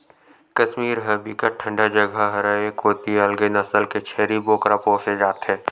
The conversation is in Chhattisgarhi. कस्मीर ह बिकट ठंडा जघा हरय ए कोती अलगे नसल के छेरी बोकरा पोसे जाथे